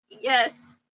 Yes